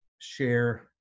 share